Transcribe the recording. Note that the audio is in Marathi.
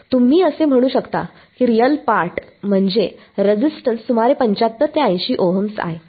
तुम्ही असे म्हणू शकता की रियल पार्ट म्हणजे रेझिस्टन्स सुमारे 75 ते 80 ओहम्स आहे